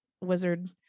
wizard